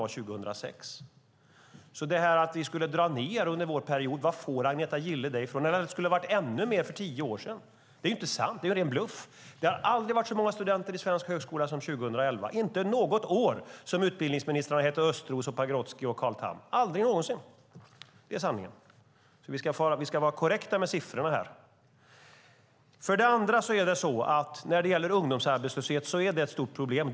Var får Agneta Gille det ifrån att vi skulle ha dragit ned under vår period eller att det skulle ha varit ännu fler för tio år sedan? Det är inte sant. Det är en ren bluff. Det har aldrig varit så många studenter på svenska högskolor som 2011, inte något år som utbildningsministrarna har hetat Östros, Pagrotsky och Carl Tham. Det är sanningen. Vi ska vara korrekta med siffrorna här. Ungdomsarbetslösheten är ett stort problem.